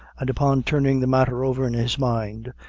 and upon turning the matter over in his mind,